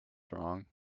wrong